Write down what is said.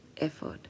effort